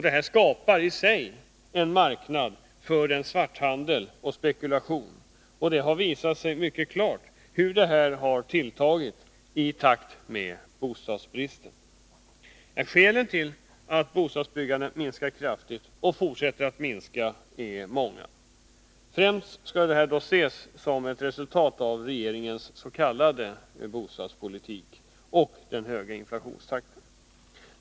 Detta skapar i sig en marknad för svarthandel och spekulation, och det har visat sig mycket klart hur sådant har tilltagit i takt med bostadsbristen. Skälen till att bostadsbyggandet minskat kraftigt och fortsätter att minska är många. Främst skall dock detta ses som ett resultat av regeringens s.k. bostadspolitik och den höga inflationstakten.